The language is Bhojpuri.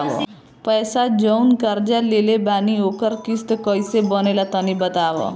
पैसा जऊन कर्जा लेले बानी ओकर किश्त कइसे बनेला तनी बताव?